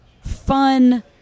fun